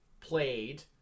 played